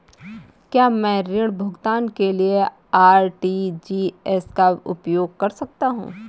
क्या मैं ऋण भुगतान के लिए आर.टी.जी.एस का उपयोग कर सकता हूँ?